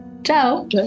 Ciao